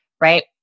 right